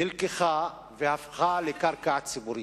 נלקחה, והפכה לקרקע ציבורית?